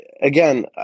again